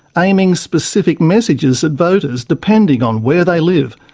aiming specific messages at voters depending on where they live,